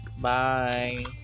Bye